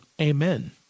amen